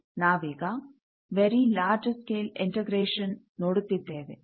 ನಾವೀಗ very large scale integration ನೋಡುತ್ತಿದ್ದೇವೆ